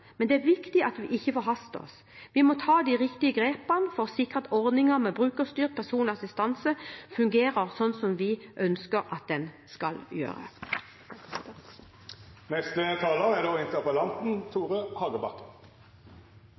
men det er viktig at vi ikke forhaster oss. Vi må ta de riktige grepene for å sikre at ordningen med brukerstyrt personlig assistanse fungerer slik som vi ønsker at den skal gjøre. Takk til statsråden for svaret. Jeg er